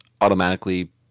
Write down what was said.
automatically